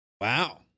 Wow